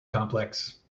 complex